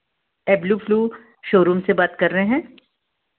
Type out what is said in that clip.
यह blue flu showroom से बात कर रहे हैं